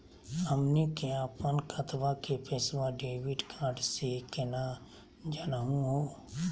हमनी के अपन खतवा के पैसवा डेबिट कार्ड से केना जानहु हो?